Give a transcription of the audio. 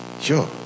sure